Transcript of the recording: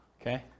Okay